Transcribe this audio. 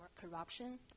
Corruption